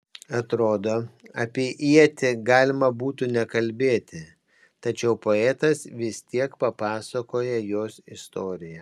atrodo apie ietį galima būtų nekalbėti tačiau poetas vis tiek papasakoja jos istoriją